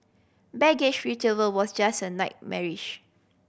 baggage retrieval was just a nightmarish